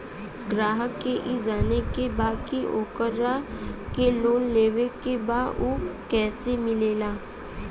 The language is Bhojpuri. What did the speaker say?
ग्राहक के ई जाने के बा की ओकरा के लोन लेवे के बा ऊ कैसे मिलेला?